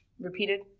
repeated